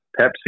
Pepsi